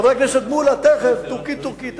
חבר הכנסת מולה, תיכף, טורקי-טורקי.